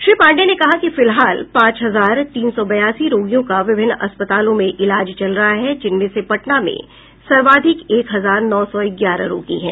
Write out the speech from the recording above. श्री पांडेय ने कहा कि फिलहाल पांच हजार तीन सौ बयासी रोगियों का विभिन्न अस्पतालों में इलाज चल रहा है जिनमें से पटना में सर्वाधिक एक हजार नौ सौ ग्यारह रोगी हैं